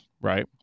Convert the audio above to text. right